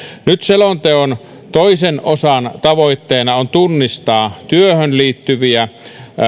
nyt selonteon toisen osan tavoitteena on tunnistaa työhön liittyviä